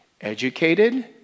educated